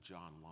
John